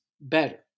better